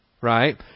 Right